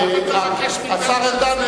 השר ארדן,